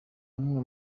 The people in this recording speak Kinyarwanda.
n’umwe